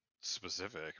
specific